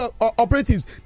operatives